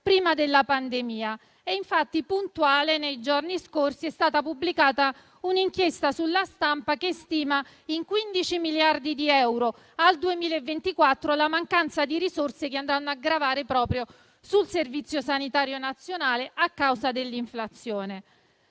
prima della pandemia. È stata infatti pubblicata puntualmente nei giorni scorsi un'inchiesta sulla stampa che stima in 15 miliardi di euro nel 2024 la mancanza di risorse che andrà a gravare proprio sul Servizio sanitario nazionale a causa dell'inflazione.